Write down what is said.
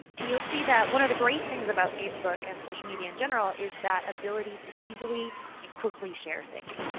and you'll see that one of the great things about facebook and social media in general is that ability to easily and quickly share things.